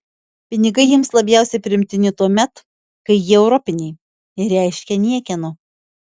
pinigai jiems labiausiai priimtini tuomet kai jie europiniai reiškia niekieno